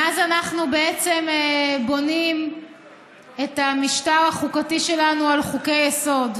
מאז אנחנו בעצם בונים את המשטר החוקתי שלנו על חוקי-יסוד.